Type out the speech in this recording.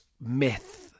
myth